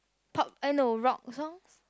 pop eh no rock songs